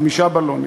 חמישה בלונים.